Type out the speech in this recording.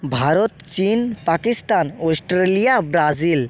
ভারত চীন Pakistan Australia Brazil